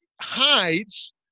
hides